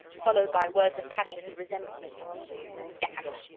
followed by words of passion and resentment damme!